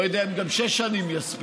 אני לא יודע אם גם שש שנים יספיקו,